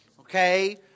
Okay